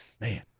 Man